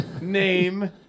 Name